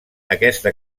aquesta